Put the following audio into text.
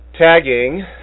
tagging